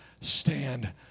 stand